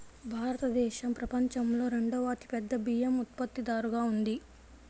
భారతదేశం ప్రపంచంలో రెండవ అతిపెద్ద బియ్యం ఉత్పత్తిదారుగా ఉంది